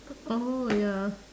oh ya